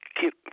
keep